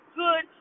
good